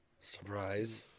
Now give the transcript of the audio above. Surprise